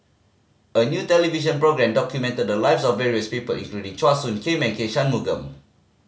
a new television documented the lives of various people including Chua Soo Khim and K Shanmugam